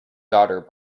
daughter